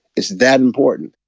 it's that important